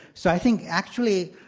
so i think actually,